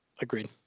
Agreed